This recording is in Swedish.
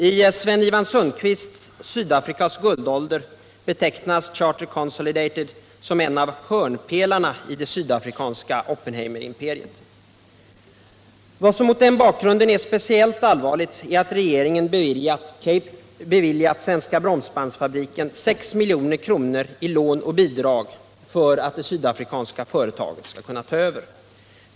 I Sven-Ivan Sundqvists bok Sydafrikas guldålder betecknas Charter Consolidated som en av ”hörnpelarna” i det sydafrikanska Oppenheimerimperiet. Vad som mot den bakgrunden är speciellt allvarligt är att regeringen har beviljat Svenska Bromsbandsfabriken 6 milj.kr. i lån och bidrag för att det sydafrikanska företaget skall kunna ta över.